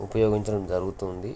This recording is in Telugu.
ఉపయోగించడం జరుగుతుంది